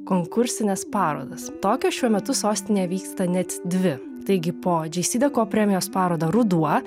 konkursines parodas tokios šiuo metu sostinėje vyksta net dvi taigi po džeisideko premijos parodą ruduo